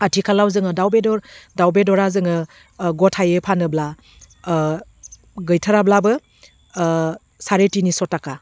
आथिखालाव जोङो दाउ बेदर दाउ बेदरा जोङो गथायै फानोब्ला गैथाराब्लाबो साराइ थिनिस' थाखा